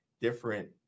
different